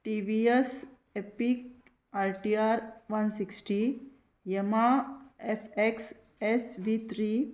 TVS apache R T R one sixty Yamaha F X S B three